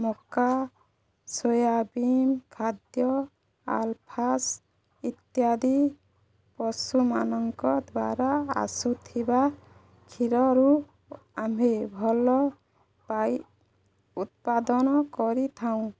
ମକା ସୋୟାବିନ୍ ଖାଦ୍ୟ ଆଲଫାସ୍ ଇତ୍ୟାଦି ପଶୁମାନଙ୍କ ଦ୍ୱାରା ଆସୁଥିବା କ୍ଷୀରରୁ ଆମ୍ଭେ ଭଲ ପାଇ ଉତ୍ପାଦନ କରିଥାଉଁ